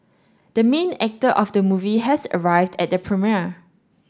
the main actor of the movie has arrived at the premiere